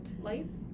lights